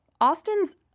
Austin's